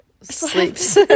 sleeps